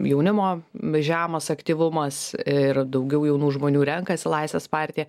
jaunimo žemas aktyvumas ir daugiau jaunų žmonių renkasi laisvės partiją